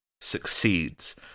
succeeds